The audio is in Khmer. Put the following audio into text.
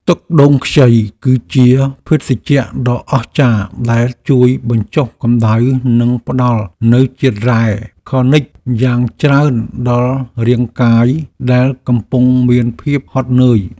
ទឹកដូងខ្ចីគឺជាភេសជ្ជៈដ៏អស្ចារ្យដែលជួយបញ្ចុះកម្តៅនិងផ្ដល់នូវជាតិរ៉ែខនិជយ៉ាងច្រើនដល់រាងកាយដែលកំពុងមានភាពហត់នឿយ។